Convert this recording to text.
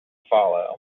follow